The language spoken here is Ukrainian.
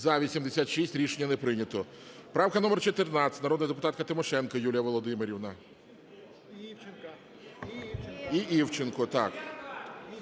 За-86 Рішення не прийнято. Правка номер 14, народна депутатка Тимошенко Юлія Володимирівна і Івченко, так.